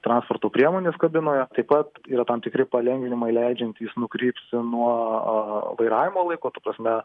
transporto priemonės kabinoje taip pat yra tam tikri palengvinimai leidžiantys nukrypsiu nuo vairavimo laiko ta prasme